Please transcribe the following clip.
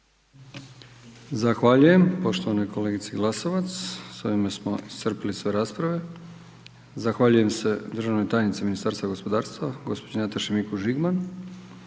Zahvaljujem poštovanoj kolegici Glasovac. Sa ovime smo iscrpili sve rasprave. Zahvaljujem se državnoj tajnici Ministarstva gospodarstva gospođi Nataši Mikuš Žigman,